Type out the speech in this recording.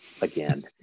again